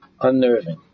unnerving